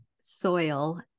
soil